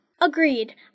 Agreed